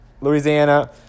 Louisiana